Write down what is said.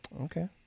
Okay